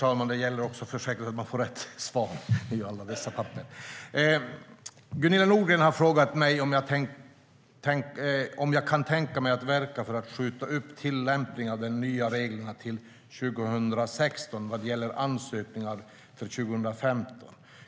Herr talman! Gunilla Nordgren har frågat mig om jag kan tänka mig att verka för att skjuta upp tillämpningen av de nya reglerna till 2016 vad gäller ansökningar för 2015.